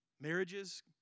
marriages